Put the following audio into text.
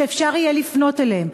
שאפשר יהיה לפנות אליהם,